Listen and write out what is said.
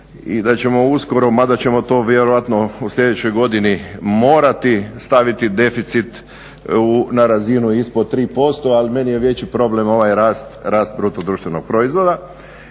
i da ćemo uskoro, mada ćemo to vjerojatno u sljedećoj godini morati staviti deficit na razinu ispod 3%. Ali meni je veći problem ovaj rast, rast bruto društvenog proizvoda.